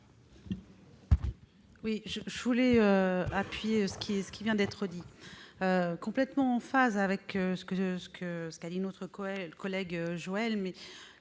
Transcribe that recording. vote. Je veux appuyer ce qui vient d'être dit. Je suis complètement en phase avec ce qu'a dit notre collègue Joël